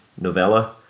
novella